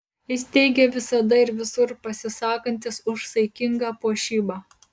jis teigia visada ir visur pasisakantis už saikingą puošybą